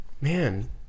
Man